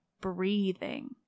breathing